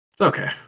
Okay